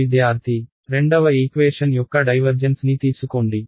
విద్యార్థి రెండవ ఈక్వేషన్ యొక్క డైవర్జెన్స్ ని తీసుకోండి